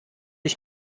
ich